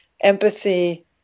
empathy